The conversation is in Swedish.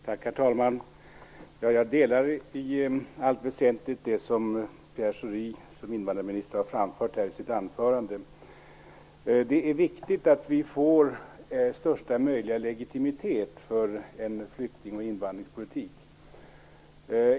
Herr talman! Jag ansluter mig i allt väsentligt till det som invandrarminister Pierre Schori har sagt i sitt anförande. Det är viktigt att vi får största möjliga legitimitet för en flykting och invandringspolitik.